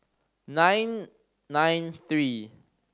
nine nine three